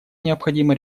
необходимо